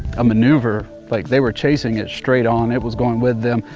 maneuver, like they were chasing it straight on. it was going with them.